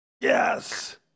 Yes